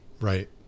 right